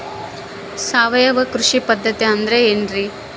ಸಾವಯವ ಕೃಷಿ ಪದ್ಧತಿ ಅಂದ್ರೆ ಏನ್ರಿ?